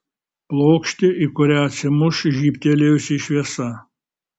plokštė į kurią atsimuš žybtelėjusi šviesa